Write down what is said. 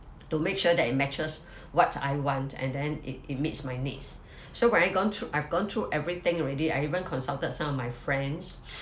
to make sure that it matches what I want and then it it meets my needs so when I gone through I've gone through everything already I even consulted some of my friends